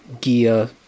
gear